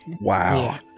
Wow